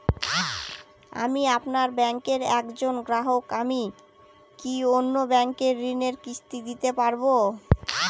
আমি আপনার ব্যাঙ্কের একজন গ্রাহক আমি কি অন্য ব্যাঙ্কে ঋণের কিস্তি দিতে পারবো?